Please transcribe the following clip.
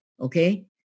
Okay